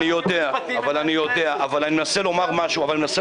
אני יודע, אבל אני מנסה לומר משהו.